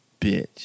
bitch